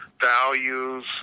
values